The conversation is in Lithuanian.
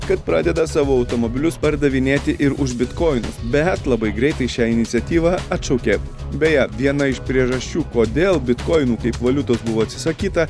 kad pradeda savo automobilius pardavinėti ir už bitkoinus bet labai greitai šią iniciatyvą atšaukė beje viena iš priežasčių kodėl bitkoinų kaip valiutos buvo atsisakyta